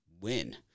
win